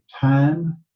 time